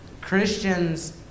Christians